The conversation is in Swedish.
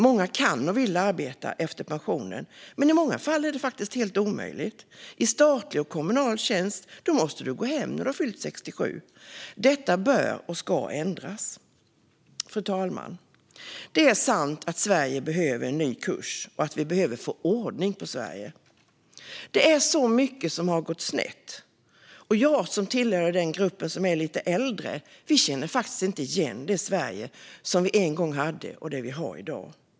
Många kan och vill arbeta efter pensionen, men i många fall är det faktiskt helt omöjligt - i statlig och kommunal tjänst måste du gå hem när du har fyllt 67. Detta bör och ska ändras. Fru talman! Det är sant att Sverige behöver en ny kurs och att vi behöver få ordning på Sverige. Det är så mycket som har gått snett, och jag som tillhör den grupp som är lite äldre känner faktiskt inte igen det Sverige vi en gång hade när jag tittar på det vi har i dag.